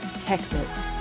Texas